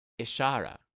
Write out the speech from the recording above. Ishara